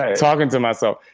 ah talking to myself.